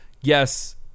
yes